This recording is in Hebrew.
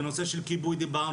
ועל נושא של כיבוי דיברנו.